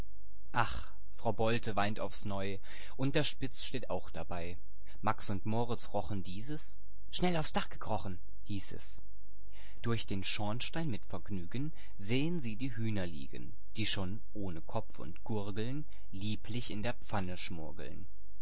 ach frau bolte weint aufs neu und der spitz steht auch dabei max und moritz rochen dieses schnell aufs dach gekrochen hieß es illustration max und moritz auf dem dach durch den schornstein mit vergnügen sehen sie die hühner liegen die schon ohne kopf und gurgeln lieblich in der pfanne schmurgeln